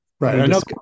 Right